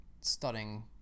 studying